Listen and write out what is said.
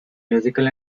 musical